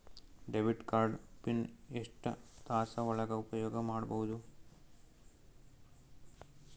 Debit card pin ಎಷ್ಟ ತಾಸ ಒಳಗ ಉಪಯೋಗ ಮಾಡ್ಬಹುದು?